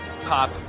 top